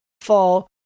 fall